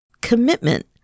commitment